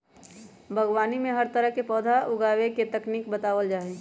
बागवानी में हर तरह के पौधा उगावे के तकनीक बतावल जा हई